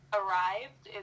arrived